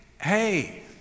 hey